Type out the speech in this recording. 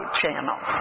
channel